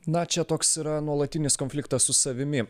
na čia toks yra nuolatinis konfliktas su savimi